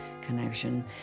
connection